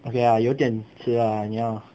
okay lah 有点迟啦你要